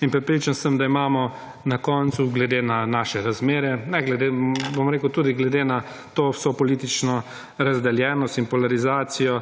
in prepričan sem, da imamo na koncu glede na naše razmere, ne glede, bom rekel tudi glede na to vso politično razdeljenost in polarizacijo